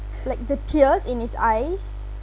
like the tears in his eyes